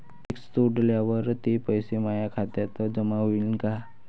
Fix तोडल्यावर ते पैसे माया खात्यात जमा होईनं का?